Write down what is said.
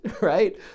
right